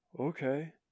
okay